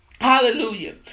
Hallelujah